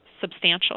substantial